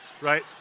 right